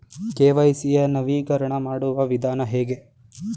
KYC ಯ ನವೀಕರಣ ಮಾಡುವ ವಿಧಾನ ಹೇಗೆ?